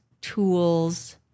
tools